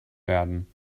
werden